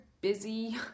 busy